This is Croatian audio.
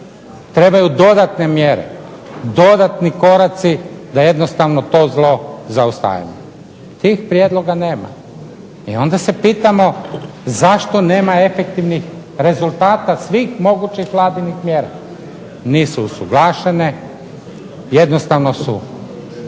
Trebaju dodatne mjere, dodatni koraci da jednostavno to zlo zaustavimo. Tih prijedloga nema. I onda se pitamo zašto nema efektivnih rezultata svih mogućih Vladinih mjera. Nisu usuglašene, jednostavno su